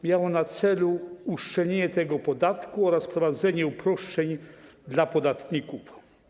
Miał on na celu uszczelnienie tego podatku oraz wprowadzenie uproszczeń dla podatników.